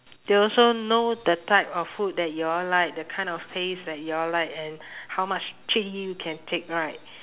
they also know the type of food that you all like the kind of taste that you all like and how much chilli you can take right